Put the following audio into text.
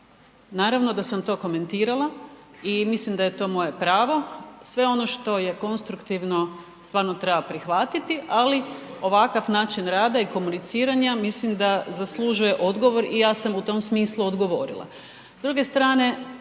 Naravno da sam to komentirala i mislim da je to moje pravo. Sve ono što je konstruktivno stvarno treba prihvatiti, ali ovakav način rada i komuniciranja, mislim da zaslužuje odgovor i ja sam u tom smislu odgovorila.